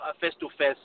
face-to-face